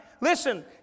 Listen